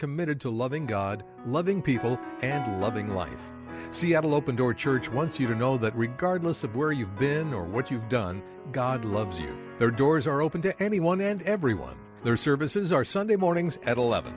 committed to loving god loving people and loving life seattle open door church once you know that regardless of where you've been or what you've done god loves their doors are open to anyone and everyone their services are sunday mornings at eleven